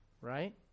right